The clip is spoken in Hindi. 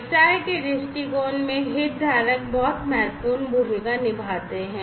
व्यवसाय के दृष्टिकोण में हितधारक बहुत महत्वपूर्ण भूमिका निभाते हैं